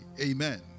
Amen